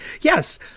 yes